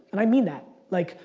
and i mean that. like,